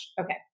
Okay